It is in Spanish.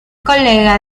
colega